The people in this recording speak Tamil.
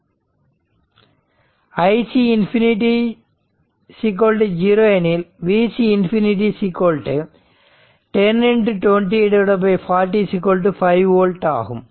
iC ∞ 0 எனில் Vc ∞ 10 20 40 5 ஓல்ட் ஆகும்